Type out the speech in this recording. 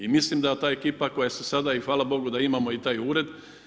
I mislim da ta ekipa koja se sada, i hvala Bogu da imamo taj Ured.